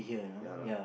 ya lah